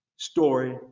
story